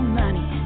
money